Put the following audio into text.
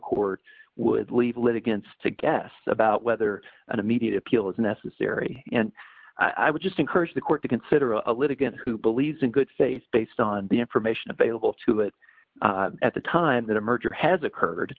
court would leave litigants to guess about whether an immediate appeal is necessary and i would just encourage the court to consider a litigant who believes in good faith based on the information available to it at the time that a merger has occurred